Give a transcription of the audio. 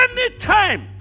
anytime